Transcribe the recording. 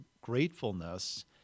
gratefulness